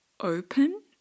open